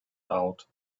out